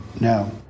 No